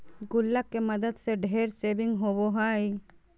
गुल्लक के मदद से ढेर सेविंग होबो हइ